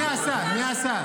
מי השר?